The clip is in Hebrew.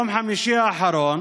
ביום חמישי האחרון